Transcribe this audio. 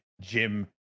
Jim